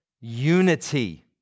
unity